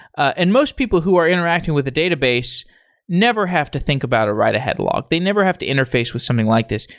and most people who are interacting with the database never have to think about a write-ahead log. they never have to interface with something like this.